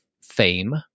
fame